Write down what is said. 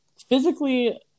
physically